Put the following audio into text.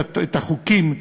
את החוקים,